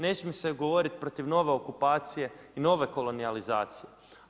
Ne smije se govoriti protiv nove okupacije i nove kolonizacije.